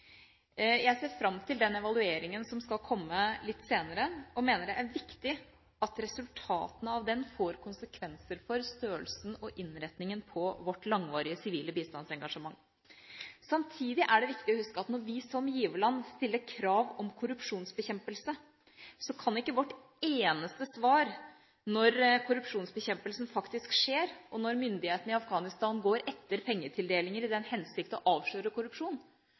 Jeg ser fram til den evalueringen som skal komme litt senere, og mener det er viktig at resultatene av den får konsekvenser for størrelsen og innretningen på vårt langvarige sivile bistandsengasjement. Samtidig er det viktig å huske at når vi som giverland stiller krav om korrupsjonsbekjempelse, og korrupsjonsbekjempelsen faktisk skjer, og myndigheten i Afghanistan går etter pengetildelinger i den hensikt å avsløre korrupsjon,